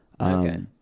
Okay